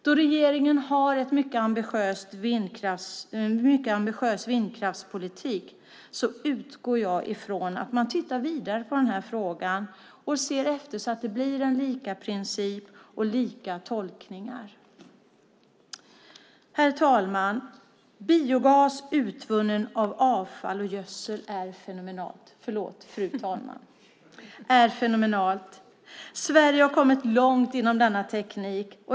Då regeringen har en mycket ambitiös vindkraftspolitik utgår jag ifrån att man tittar vidare på den här frågan och ser till att det blir en likaprincip och lika tolkningar. Fru talman! Biogas utvunnen av avfall och gödsel är fenomenalt. Sverige har kommit långt inom denna teknik.